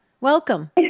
Welcome